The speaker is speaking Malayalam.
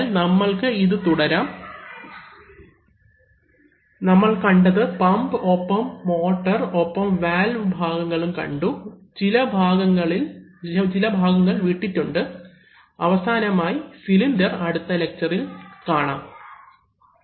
അതിനാൽ നമ്മൾക്ക് ഇത് തുടരാം നമ്മൾ കണ്ടത് പമ്പ് ഒപ്പം മോട്ടർ ഒപ്പം വാൽവ് ഭാഗങ്ങളും കണ്ടു ചില ഭാഗങ്ങൾ വിട്ടിട്ടുണ്ട് അവസാനമായി സിലിണ്ടർ അടുത്ത ലെക്ച്ചറിൽ കാണാം